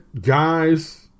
guys